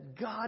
God